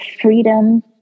freedom